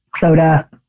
soda